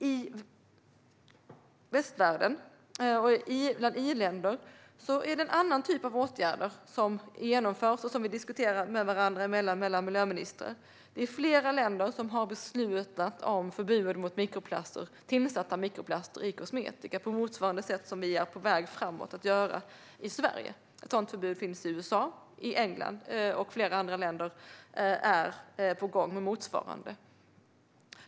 I västvärlden och bland i-länder är det en annan typ av åtgärder som vidtas och som vi miljöministrar diskuterar med varandra. Det är flera länder som har beslutat om förbud mot tillsatta mikroplaster i kosmetika, på motsvarande sätt som vi är på väg att göra i Sverige. Ett sådant förbud finns i USA och i England, och flera andra länder är på gång med motsvarande.